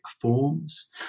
forms